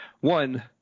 One